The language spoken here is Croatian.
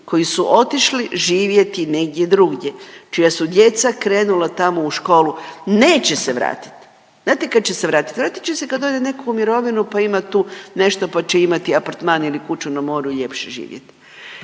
koji su otišli živjeti negdje drugdje, čija su djeca krenula tamo u školu, neće se vratiti. Znate kad će se vratiti? Vratit će se kad ode netko u mirovinu pa ima tu nešto pa će imati apartman ili kuću na moru i ljepše živjeti.